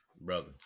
Brother